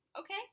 okay